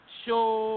show